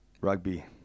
Rugby